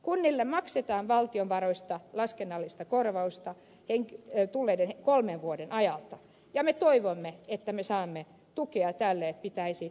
kunnille maksetaan valtion varoista laskennallista korvausta saapuneista kolmen vuoden ajalta ja me toivomme että me saamme tukea siihen kun korvausten alimitoitukseen pitäisi vastata